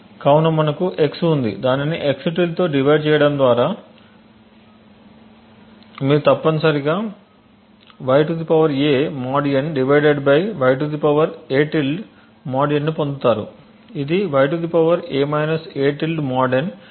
కాబట్టి మనకు x ఉంది దానిని x తో డివైడ్ చేయడం ద్వారా మీరు తప్పనిసరిగా y a mod n divided by y a mod n ను పొందుతారు ఇది y a a mod n